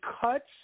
cuts